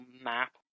map